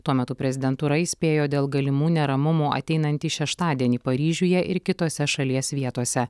tuo metu prezidentūra įspėjo dėl galimų neramumų ateinantį šeštadienį paryžiuje ir kitose šalies vietose